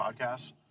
podcasts